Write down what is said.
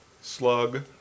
slug